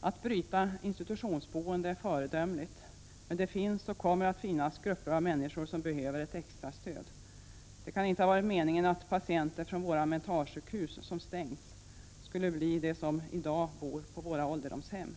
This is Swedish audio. Att bryta institutionsboende är föredömligt, men det finns och kommer att finnas grupper av människor som behöver ett extra stöd. Det kan inte ha varit meningen att patienter från våra stängda mentalsjukhus skulle bli de som bor på våra ålderdomshem.